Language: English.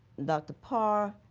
dr. parr,